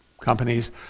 companies